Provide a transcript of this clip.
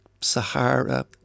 Sahara